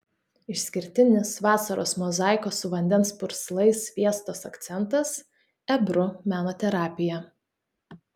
išskirtinis vasaros mozaikos su vandens purslais fiestos akcentas ebru meno terapija